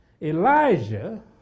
Elijah